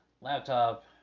laptop